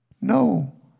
No